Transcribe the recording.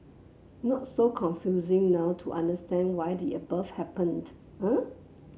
not so confusing now to understand why the above happened eh